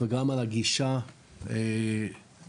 וגם על הגישה החדשנית,